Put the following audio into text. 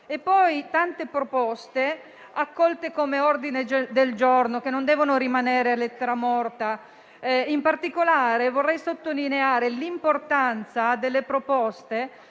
sono state accolte poi come ordini del giorno, che non devono rimanere lettera morta. In particolare, vorrei sottolineare l'importanza delle proposte